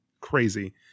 Crazy